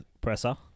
presser